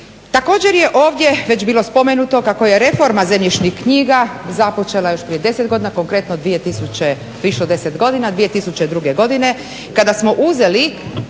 Također je ovdje već bilo spomenuto kako je reforma zemljišnih knjiga započela još prije 10 godina, konkretno, više od 10 godina,